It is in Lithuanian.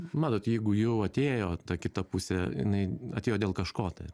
manot jeigu jau atėjo ta kita pusė jinai atėjo dėl kažko tai